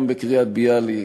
גם בקריית-ביאליק,